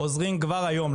כמו שזיו דיבר עליו.